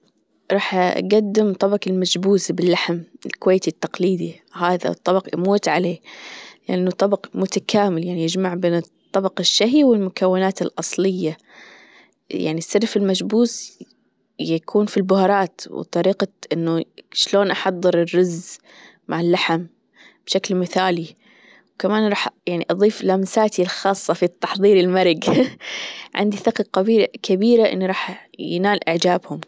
راح أقدم طبق المشبوس باللحم الكويتي التقليدي هذا الطبق أموت عليه لأنه طبق متكامل يعني يجمع بين الطبق الشهي والمكونات الأصلية يعني السر في المجبوس يكون في البهارات وطريقة إنه شلون أحضر الرز مع اللحم بشكل مثالي كمان راح يعني أضيف لمساتي الخاصة في تحضير المرق عندي ثقة كبيرة إني راح ينال إعجابهم.